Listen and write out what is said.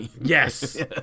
Yes